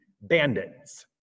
bandits